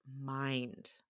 mind